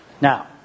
Now